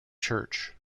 church